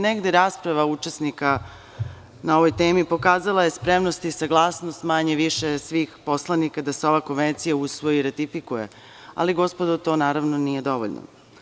Negde je rasprava učesnika na ovu temu pokazala spremnost i saglasnost, manje više, svih poslanika da se ova konvencija usvoji i ratifikuje, ali to naravno nije dovoljno.